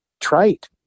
trite